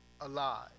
alive